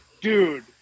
dude